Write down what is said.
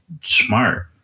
smart